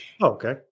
Okay